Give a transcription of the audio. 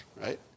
right